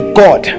god